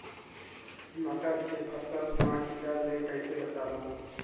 मटर के फसल मा कीड़ा ले कइसे बचाबो?